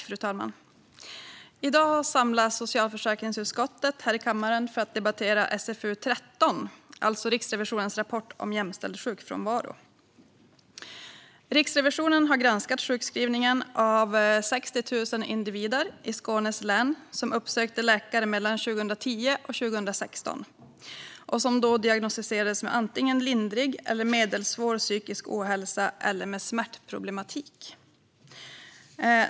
Fru talman! I dag samlas socialförsäkringsutskottet här i kammaren för att debattera SfU13 Riksrevisionens rapport om jämställd sjukfrånvaro . Riksrevisionen har granskat sjukskrivningen av 60 000 individer i Skåne län som uppsökte läkare mellan 2010 och 2016 och som då diagnostiserades med antingen lindrig eller medelsvår psykisk ohälsa eller smärtproblematik.